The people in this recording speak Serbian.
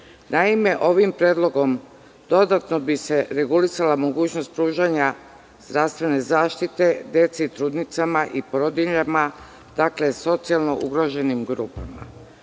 godine. Naime, ovim predlogom dodatno bi se regulisala mogućnost pružanja zdravstvene zaštite deci i trudnicama i porodiljama, socijalno ugroženim grupama.